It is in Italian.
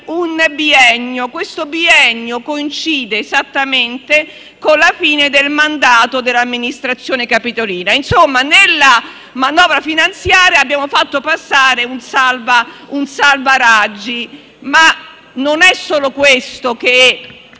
un biennio, che coincide esattamente con la fine del mandato dell'amministrazione capitolina. Insomma, nella manovra finanziaria abbiamo fatto passare una misura salva Raggi. Ma non è solo questo che